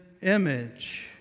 image